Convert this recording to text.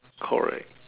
correct